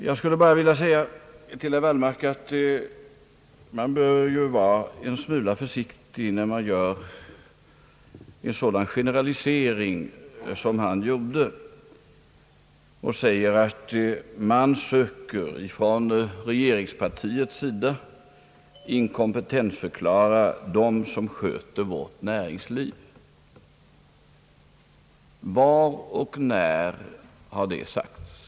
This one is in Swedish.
Jag vill säga till herr Wallmark, att man bör vara en smula försiktig när man gör en sådan generalisering som han gjorde när han sade att regeringspartiet söker inkompetensförklara dem som sköter vårt näringsliv. Var och när har det sagts?